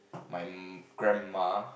my grandma